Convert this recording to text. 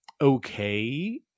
okay